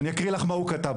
אני אקריא לך מה הוא כתב,